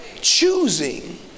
choosing